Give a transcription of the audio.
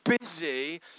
busy